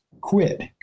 quit